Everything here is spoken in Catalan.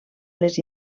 les